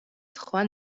სხვა